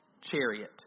chariot